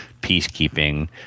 peacekeeping